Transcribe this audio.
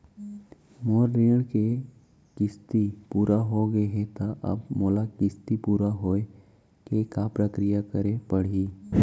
मोर ऋण के किस्ती पूरा होगे हे ता अब मोला किस्ती पूरा होए के का प्रक्रिया करे पड़ही?